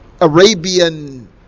Arabian